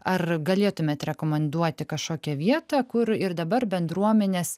ar galėtumėt rekomenduoti kažkokią vietą kur ir dabar bendruomenės